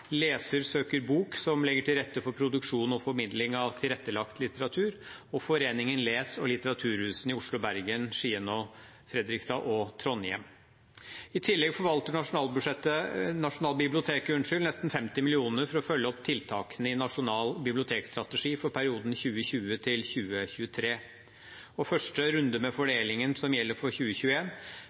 Leser søker bok, som legger til rette for produksjon og formidling av tilrettelagt litteratur, Foreningen !les og litteraturhusene i Oslo, Bergen, Skien, Fredrikstad og Trondheim. I tillegg forvalter Nasjonalbiblioteket nesten 50 mill. kr for å følge opp tiltakene i Nasjonal bibliotekstrategi for perioden 2020–2023. Den første runden – med fordelingen som gjelder for